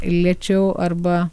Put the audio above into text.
lėčiau arba